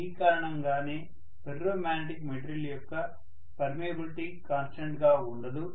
ఈ కారణం గానే ఫెర్రో మాగ్నెటిక్ మెటీరియల్ యొక్క పర్మియబిలిటీ కాన్స్టెంట్ గా ఉండదు